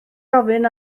ofyn